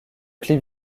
clip